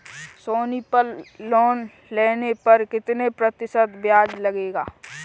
सोनी पल लोन लेने पर कितने प्रतिशत ब्याज लगेगा?